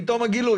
מתום הגילוי.